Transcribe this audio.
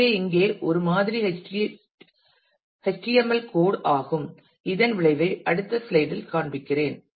எனவே இங்கே ஒரு மாதிரி HTML கோட் ஆகும் இதன் விளைவை அடுத்த ஸ்லைடில் காண்பிக்கிறேன்